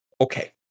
Okay